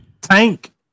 Tank